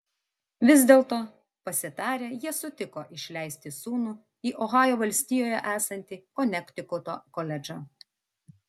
vis dėlto pasitarę jie sutiko išleisti sūnų į ohajo valstijoje esantį konektikuto koledžą